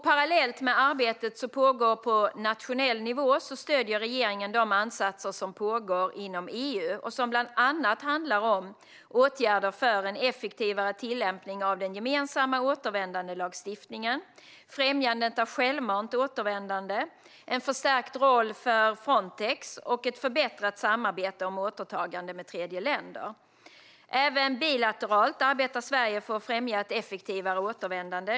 Parallellt med arbetet som pågår på nationell nivå stöder regeringen de ansatser som görs inom EU och som bland annat handlar om åtgärder för en effektivare tillämpning av den gemensamma återvändandelagstiftningen, främjande av självmant återvändande, en förstärkt roll för Frontex samt ett förbättrat samarbete med tredjeländer om återtagande. Även bilateralt arbetar Sverige för att främja ett effektivare återvändande.